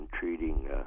treating